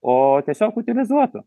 o tiesiog utilizuotų